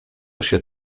się